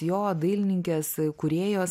jo dailininkės kūrėjos